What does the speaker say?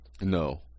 No